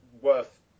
worth